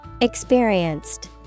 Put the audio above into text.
Experienced